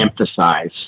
emphasize